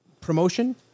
promotion